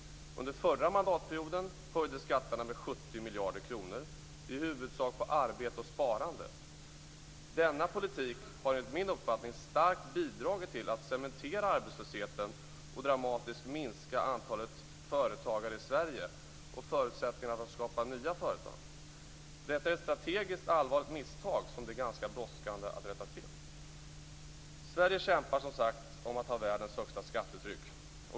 Under förra mandatperioden höjdes skatterna med 70 miljarder kronor, i huvudsak på arbete och sparande. Denna politik har enligt min uppfattning starkt bidragit till att cementera arbetslösheten och dramatiskt minska antalet företagare i Sverige samt förutsättningarna att skapa nya företag. Detta är ett strategiskt misstag som det är ganska brådskande att rätta till. Sverige kämpar som sagt om att ha världens högsta skattetryck.